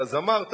אז אמרת.